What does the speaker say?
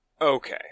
Okay